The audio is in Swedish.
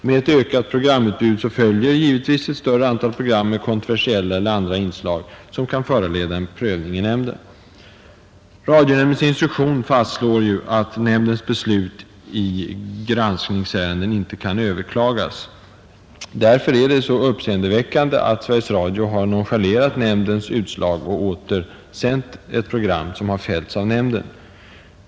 Med ökat programutbud följer givetvis ett större antal program med kontroversiella eller andra inslag som kan föranleda prövning i nämnden.” Radionämndens instruktion fastslår ju att nämndens beslut i granskningsärenden inte kan överklagas. Därför är det så uppseendeväckande att Sveriges Radio nonchalerat nämndens utslag och åter sänt ett program som fällts av nämnden.